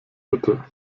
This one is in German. bitte